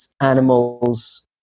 animals